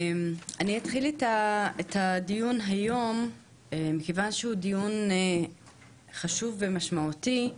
אני אתחיל את הדיון היום מכיוון שהוא דיון חשוב ומשמעותי,